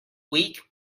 weak